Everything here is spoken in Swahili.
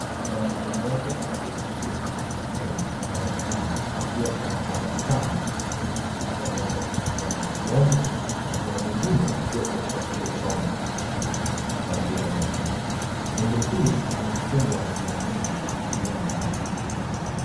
Mwanamke mmoja aliyesuka nywele anaonekana akiwa anatabasamu huku akikamua ng'ombe kwa kutumia mkono mmoja na mkono mwingine ukiwa umeshika kile chombo cha kuhifadhia ile maziwa. Ng'ombe huyu amefungwa miguu ya nyuma kwa kutumia kamba.